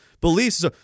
beliefs